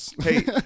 Hey